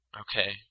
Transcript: Okay